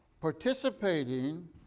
Participating